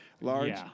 Large